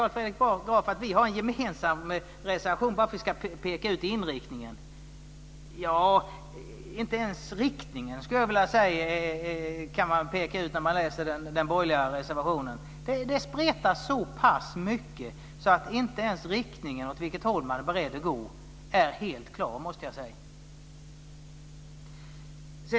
Carl Fredrik Graf säger att man har en gemensam reservation för att peka ut inriktningen. Ja, inte ens riktningen skulle jag vilja säga att man kan peka ut när man läser den borgerliga reservationen. Det spretar så pass mycket att det inte ens är helt klart åt vilket håll man är beredd att gå, måste jag säga.